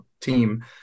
team